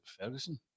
Ferguson